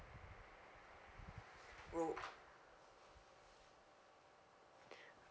oh